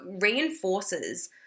reinforces